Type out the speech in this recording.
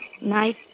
Night